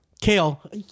Kale